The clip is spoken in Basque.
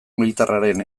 militarraren